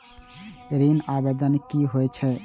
ऋण आवेदन की होय छै?